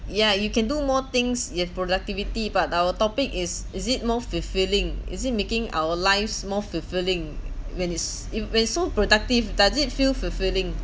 yeah you can do more things with productivity but our topic is is it more fulfilling is it making our lives more fulfilling when it's if when it's so productive does it feel fulfilling